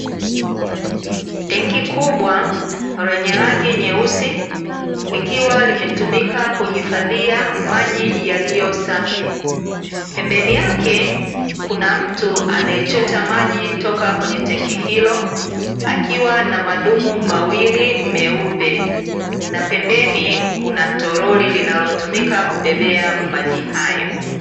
Tenki kubwa lenye rangi nyeusi likiwa limetumika kuhifadhia maji yaliyosafi, pembeni yake kuna mtu anaechota toka kwenye tenki hilo akiwa na madumu mawili meupe na pembeni kuna tolori linalotumika kubebea maji hayo.